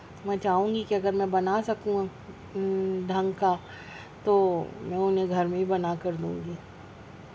میں چاہوں گی اگر میں بنا سکوں ڈھنگ کا تو وہ انہیں گھر میں ہی بنا کر دوں گی